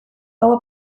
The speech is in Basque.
gaua